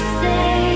say